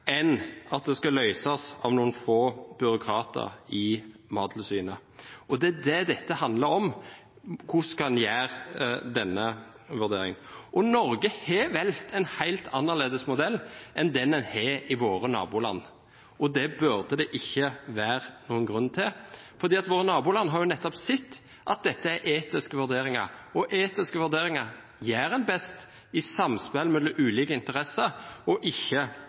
enn at det skal løses av noen få byråkrater i Mattilsynet. Og det er det dette handler om, hvordan en skal gjøre denne vurderingen. Norge har valgt en helt annerledes modell enn den en har i våre naboland, og det burde det ikke være noen grunn til, fordi våre naboland har jo nettopp sett at dette er etiske vurderinger – og etiske vurderinger gjør en best i samspill mellom ulike interesser og ikke